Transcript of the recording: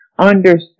understand